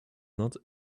not